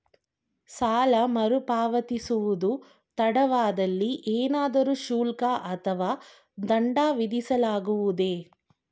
ಸಾಲ ಮರುಪಾವತಿಸುವುದು ತಡವಾದಲ್ಲಿ ಏನಾದರೂ ಶುಲ್ಕ ಅಥವಾ ದಂಡ ವಿಧಿಸಲಾಗುವುದೇ?